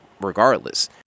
regardless